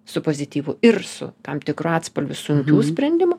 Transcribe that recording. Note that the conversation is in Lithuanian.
su pozityvu ir su tam tikru atspalviu sunkių sprendimų